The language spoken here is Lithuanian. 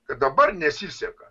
kad dabar nesiseka